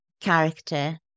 character